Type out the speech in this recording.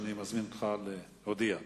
אני מזמין אותך להודיע.